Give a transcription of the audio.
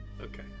Okay